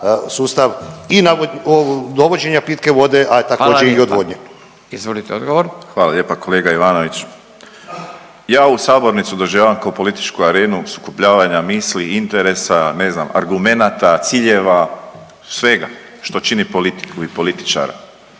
lijepa. Izvolite odgovor. **Borić, Josip (HDZ)** Hvala lijepa. Kolega Ivanović, ja ovu sabornicu doživljavam kao političku arenu sukobljavanja misli, interesa, ne znam argumenata, ciljeva svega što čini politiku i političara.